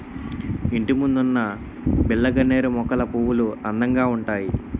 ఇంటిముందున్న బిల్లగన్నేరు మొక్కల పువ్వులు అందంగా ఉంతాయి